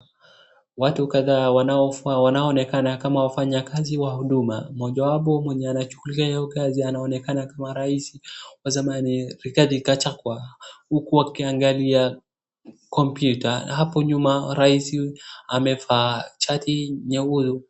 Watu kadhaa wanaonekana kama wafanya kazi wa Huduma. Mojawapo mwenye anachungulia hiyo kazi anaonekana kama rais wa zamani Rigathi Gachagua huku akiangalia kompyuta. Hapo nyuma rais amevaa shati nyeupe.